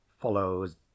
follows